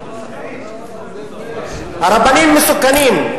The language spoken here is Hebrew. הרבנים מסוכנים,